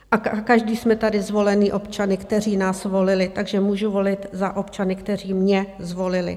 A každý jsme tady zvoleni občany, kteří nás volili, takže můžu volit za občany, kteří mě zvolili.